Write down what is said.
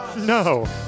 No